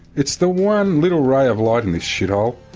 it's the one little ray of light in this shit hole,